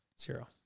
Zero